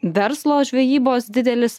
verslo žvejybos didelis